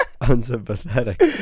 unsympathetic